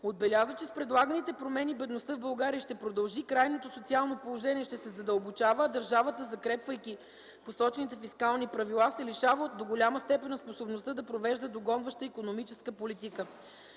Отбеляза, че с предлаганите промени бедността в България ще продължи, крайното социално положение ще се задълбочава, а държавата, закрепвайки посочените фискални правила, се лишава до голяма степен от способността да провежда догонваща икономическа политика.